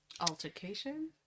Altercation